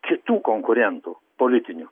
kitų konkurentų politinių